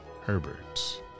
Herbert